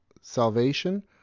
salvation